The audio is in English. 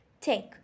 Take